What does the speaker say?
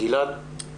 גלעד.